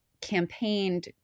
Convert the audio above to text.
campaigned